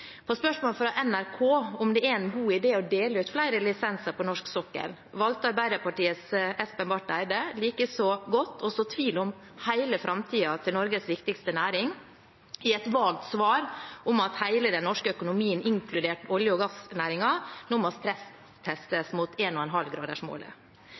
På spørsmål fra NRK om det er en god idé å dele ut flere lisenser på norsk sokkel, valgte Arbeiderpartiets Espen Barth Eide likeså godt å så tvil om hele framtiden til Norges viktigste næring, i et vagt svar om at hele den norske økonomien, inkludert olje- og gassnæringen, nå må